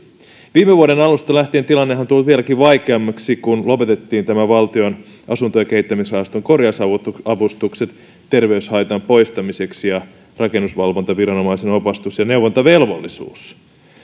viime vuoden alusta lähtien tilannehan on tullut vieläkin vaikeammaksi kun lopetettiin valtion asuntojen kehittämisrahaston korjausavustukset terveyshaitan poistamiseksi ja rakennusvalvontaviranomaisen opastus ja neuvontavelvollisuus